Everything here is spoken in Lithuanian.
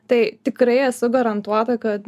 tai tikrai esu garantuota kad